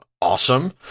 awesome